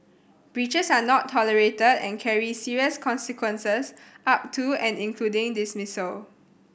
breaches are not tolerated and carry serious consequences up to and including dismissal